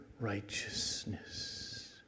righteousness